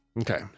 okay